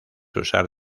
usar